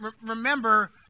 remember